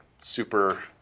super